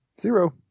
zero